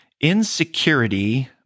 insecurity